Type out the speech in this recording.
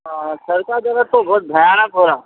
ہاں سر کا درد تو بہت بھیانک ہو رہا